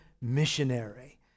missionary